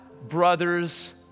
brothers